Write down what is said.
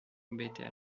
vete